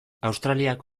australiak